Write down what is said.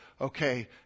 Okay